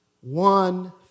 one